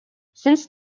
since